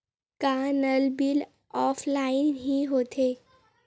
का नल bill offline हि होथे?